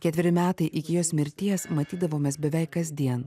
ketveri metai iki jos mirties matydavomės beveik kasdien